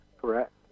correct